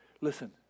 Listen